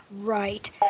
Right